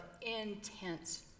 intense